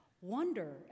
wonder